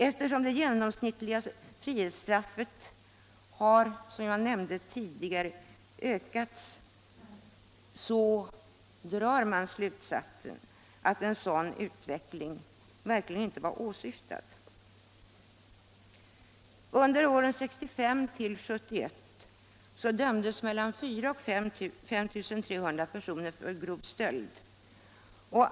Eftersom det genomsnittliga frihetsstraffet har, som jag nämnde tidigare, ökat drar man slutsatsen att en sådan utveckling verkligen inte var åsyftad. Under åren 1965-1971 dömdes mellan 4 000 och 5 300 personer för grov stöld.